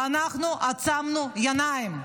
ואנחנו עצמנו עיניים.